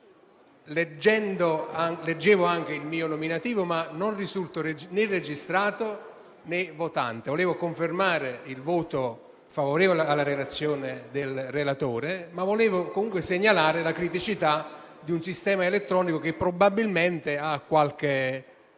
Leggevo anche il mio nominativo, ma non risulto né registrato né votante. Volevo confermare il voto favorevole alla relazione del relatore e anche, con l'occasione, segnalare la criticità di un sistema elettronico che, probabilmente, presenta qualche falla.